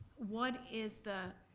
what is the,